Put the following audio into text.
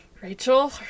Rachel